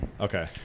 Okay